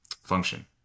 function